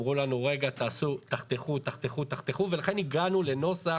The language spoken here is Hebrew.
אמרו לנו, רגע, תחתכו, תחתכו, ולכן הגענו לנוסח.